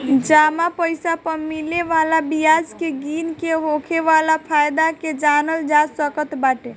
जमा पईसा पअ मिले वाला बियाज के गिन के होखे वाला फायदा के जानल जा सकत बाटे